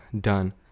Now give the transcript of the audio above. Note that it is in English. done